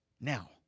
now